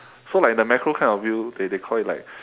so like in the macro kind of view they they call it like